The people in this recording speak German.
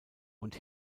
und